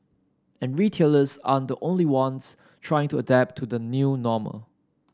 and retailers aren't the only ones trying to adapt to the new normal